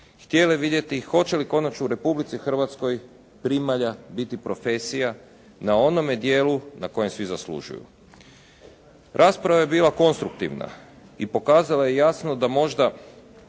htjele vidjeti hoće li konačno u Republici Hrvatskoj primalja biti profesija na onome dijelu na kojem svi zaslužuju. Rasprava je bila konstruktivna i pokazala je jasno da možda